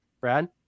Brad